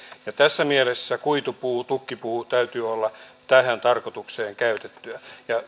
ja tässä mielessä kuitupuun ja tukkipuun täytyy olla tähän tarkoitukseen käytettyä